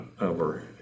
over